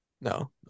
no